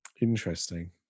Interesting